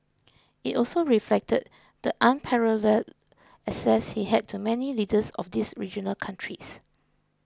it also reflected the unparalleled access he had to many leaders of these regional countries